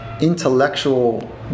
intellectual